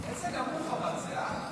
אבל איזה נמוך זה, אה?